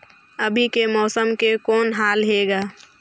अभी के मौसम के कौन हाल हे ग?